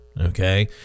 Okay